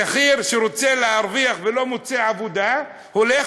שכיר שרוצה להרוויח ולא מוצא עבודה הולך,